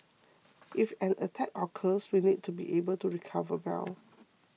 if an attack occurs we need to be able to recover well